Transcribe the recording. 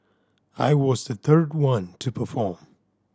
I was the third one to perform